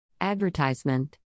Advertisement